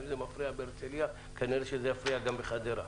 אם זה מפריע בהרצליה, כנראה שזה יפריע גם בחדרה.